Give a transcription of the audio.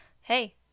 Hey